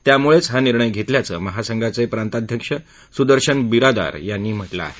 त्यामुळेच हा निर्णय घेतल्याचं महासंघाचे प्रांताध्यक्ष सुदर्शन बिरादार यांनी म्हटलं आहे